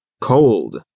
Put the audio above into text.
Cold